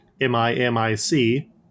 M-I-M-I-C